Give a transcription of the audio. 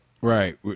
Right